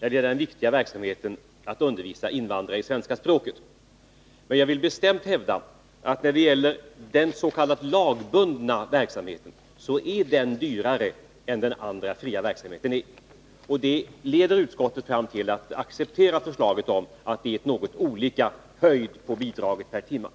när det gäller den viktiga verksamheten att undervisa invandrare i svenska språket. Men jag vill bestämt hävda att den s.k. lagbundna verksamheten är dyrare än den andra, fria verksamheten. Det leder utskottet fram till att acceptera förslaget att fastställa något olika höjd på bidragen per timme.